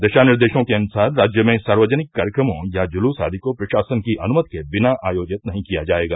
दिशा निर्देशों के अनुसार राज्य में सार्वजनिक कार्यक्रमों या जलुस आदि को प्रशासन की अनुमति के बिना आयोजित नहीं किया जाएगा